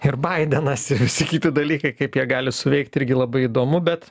ir baidenas ir visi kiti dalykai kaip jie gali suveikt irgi labai įdomu bet